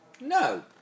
No